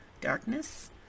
darkness